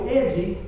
edgy